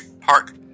Park